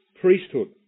priesthood